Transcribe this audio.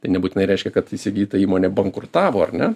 tai nebūtinai reiškia kad įsigyta įmonė bankrutavo ar ne